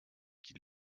qu’il